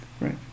Right